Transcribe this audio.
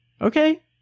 okay